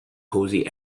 cozy